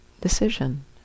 decision